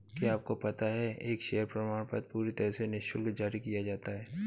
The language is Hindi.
क्या आपको पता है एक शेयर प्रमाणपत्र पूरी तरह से निशुल्क जारी किया जाता है?